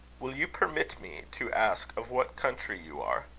will you permit me to ask of what country you are?